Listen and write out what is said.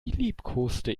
liebkoste